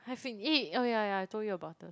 eh oh yeah yeah I told you about the